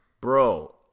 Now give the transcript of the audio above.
Bro